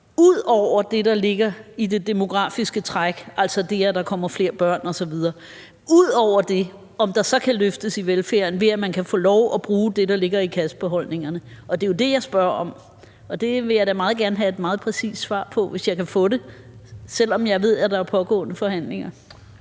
ud over det, der ligger i det demografiske træk, altså det, at der kommer flere børn osv., kan løftes i velfærden, ved at man kan få lov at bruge det, der ligger i kassebeholdningerne. Det er jo det, jeg spørger om, og det vil jeg da meget gerne have et meget præcist svar på, hvis jeg kan få det, selv om jeg ved, at der pågår forhandlinger.